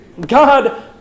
God